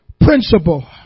principle